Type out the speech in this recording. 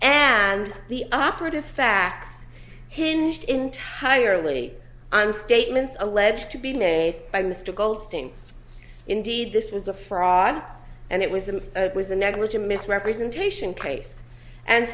and the operative facts hinged entirely on statements alleged to be made by mr goldstein indeed this was a fraud and it was a it was a negligent misrepresentation case and